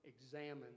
examine